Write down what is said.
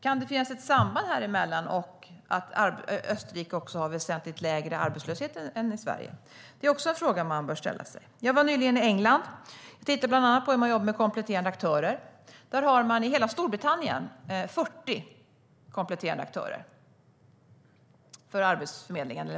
Kan det finnas ett samband mellan det och att Österrike har väsentligt lägre arbetslöshet än Sverige? Det är också en fråga man bör ställa sig. Jag var nyligen i England. Jag tittade bland annat på hur man jobbar med kompletterande aktörer. I hela Storbritannien hade man 40 kompletterande aktörer för arbetsförmedlingen.